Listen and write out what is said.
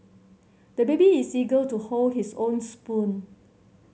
the baby is eager to hold his own spoon